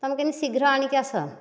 ତୁମେ କେମିତି ଶୀଘ୍ର ଆଣିକି ଆସ